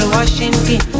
Washington